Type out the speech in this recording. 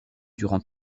durant